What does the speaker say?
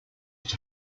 was